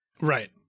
right